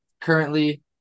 currently